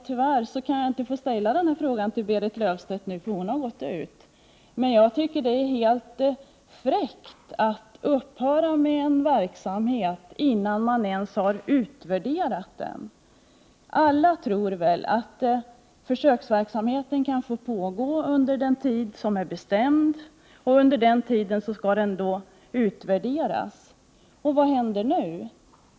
Tyvärr kan jag inte ställa någon fråga till Berit Löfstedt nu, eftersom hon har gått ut ur kammaren, men jag tycker att det är fräckt att upphöra med en försöksverksamhet innan man har utvärderat den. Alla tror väl att försöksverksamhet skall få pågå under den tid som är bestämd och utvärderas under tiden. Vad händer nu?